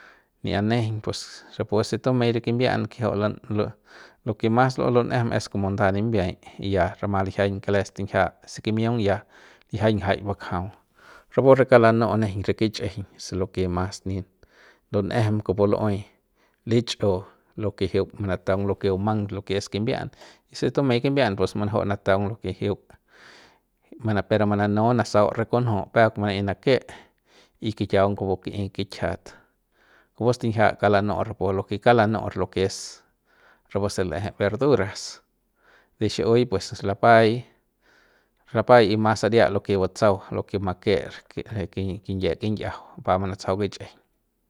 n'ia nejeiñ pus rapu se tumei re kimbi'an kijiu'u lo lo lo lo ke mas luju'u lun'ejem es komo nda nimbiay y ya rama lijiañ kale stinjia si kimiung ya lijiañ jay bakjau rapu re kauk lanu'u nejeiñ re kich'ijiñ se de loke mas nip lun'ejem kupu lu'uei lichi'u lo ke jiuk manataung lo ke bumang lo ke es kimbi'an y si tumey kimbi'an pus manaju'u nataung lo ke jiuk pero ma mananu nasau re kunju' peuk manaey manake y kikiaung kupu ki'i kikjiat kupu stinjia ka lanu'u rapu re ka lanu lo ke es rapu se l'ejep verduras de xi'iui pues es lapai rapai y mas saria lo ke batsau lo ke make re ki re ki kinyi'e king'iajau pa manatsajau kichꞌijiñ.